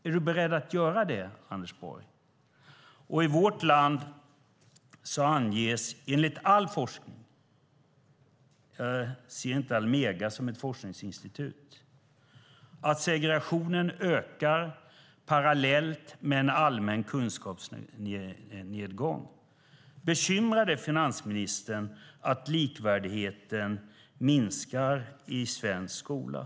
Är du beredd att göra det, Anders Borg? I vårt land anges enligt all forskning - jag ser inte Almega som ett forskningsinstitut - att segregationen ökar parallellt med en allmän kunskapsnedgång. Bekymrar det finansministern att likvärdigheten minskar i svensk skola?